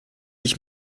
ich